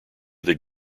that